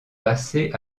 passé